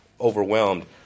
overwhelmed